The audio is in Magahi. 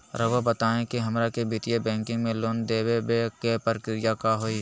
रहुआ बताएं कि हमरा के वित्तीय बैंकिंग में लोन दे बे के प्रक्रिया का होई?